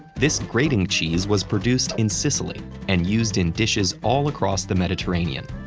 this grating cheese was produced in sicily and used in dishes all across the mediterranean.